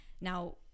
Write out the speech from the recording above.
Now